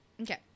Okay